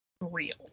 real